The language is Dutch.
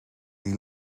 die